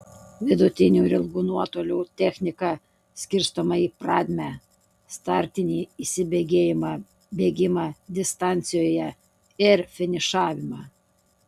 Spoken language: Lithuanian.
vidutinių ir ilgų nuotolių technika skirstoma į pradmę startinį įsibėgėjimą bėgimą distancijoje ir finišavimą